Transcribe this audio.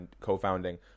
co-founding